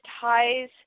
ties